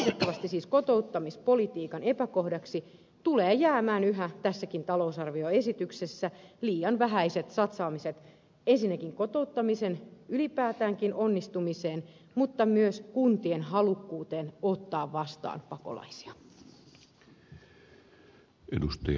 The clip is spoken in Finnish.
valitettavasti siis kotouttamispolitiikan epäkohdaksi tulevat jäämään yhä tässäkin talousarvioesityksessä liian vähäiset satsaamiset ensinnäkin ylipäätäänkin kotouttamisen onnistumiseen mutta myös kuntien halukkuuteen ottaa vastaa pakolaisia